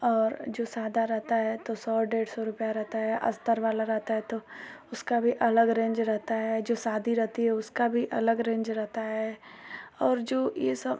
और जो सादा रहता है तो सौ डेढ़ सौ रुपया रहता है अस्तर वाला रहता है तो उसका भी अलग रेंज रहता है जो शादी रहती है उसका भी अलग रेंज रहता है और जो ये सब